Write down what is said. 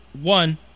one